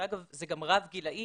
אגב, זה רב גילי,